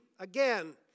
Again